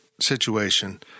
situation